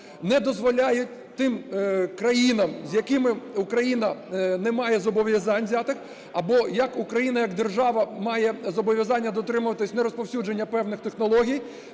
не дозволяють тим країнам, з якими Україна не має зобов'язань взятих, або Україна як держава має зобов'язання дотримуватися не розповсюдження певних технологій.